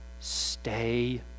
Stay